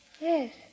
Yes